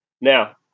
Now